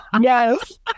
Yes